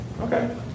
Okay